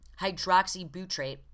hydroxybutrate